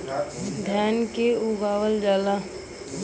धान के उगावल जाला